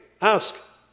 ask